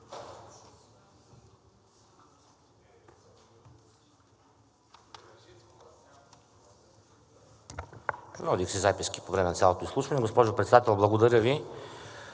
Водих си записки по време на цялото изслушване. Госпожо Председател, благодаря Ви.